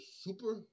Super